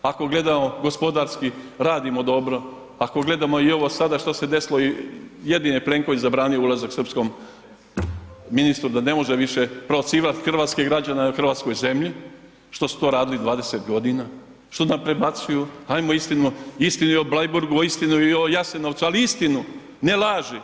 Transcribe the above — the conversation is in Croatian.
Ako gledamo gospodarski, radimo dobro, ako gledamo i ovo sada što se desilo i jedini je Plenković zabranio ulazak srpskom ministru da ne može više provocirati hrvatske građane na hrvatskoj zemlji, što su to radili 20 godina, što nam prebacuju, hajmo istini o Bleiburgu, istinu o Jasenovcu, ali istinu, ne laži.